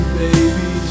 baby